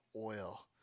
oil